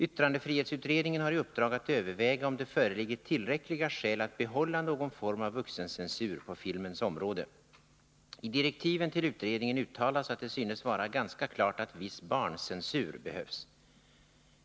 Yttrandefrihetsutredningen har i uppdrag att överväga om det föreligger tillräckliga skäl att behålla någon form av vuxencensur på filmens område. I direktiven till utredningen uttalas att det synes vara ganska klart att viss barncensur behövs.